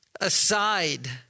aside